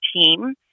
team